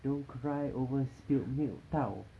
don't cry over spilled milk [tau]